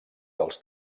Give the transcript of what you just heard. dels